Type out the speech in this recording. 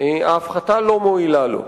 ההפחתה לא מועילה לו.